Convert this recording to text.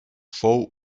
fou